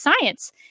science